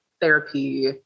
therapy